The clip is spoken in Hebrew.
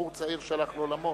בחור צעיר שהלך לעולמו.